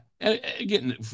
again